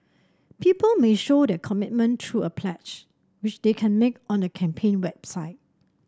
people may show their commitment through a pledge which they can make on the campaign website